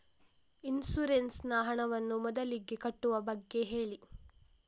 insurance ನ ಹಣವನ್ನು ಮೊದಲಿಗೆ ಕಟ್ಟುವ ಬಗ್ಗೆ ಹೇಳಿ